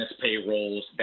payrolls